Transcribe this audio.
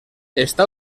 està